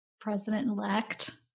president-elect